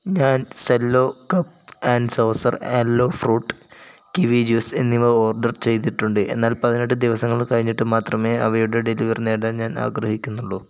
ഞാൻ Cello cup and saucer aloe fruit kiwi juice എന്നിവ order ചെയ്തിട്ടുണ്ട് എന്നാൽ പതിനെട്ട് ദിവസങ്ങൾ കഴിഞ്ഞിട്ട് മാത്രമേ അവയുടെ ഡെലിവറി നേടാൻ ഞാൻ ആഗ്രഹിക്കുന്നുള്ളൂ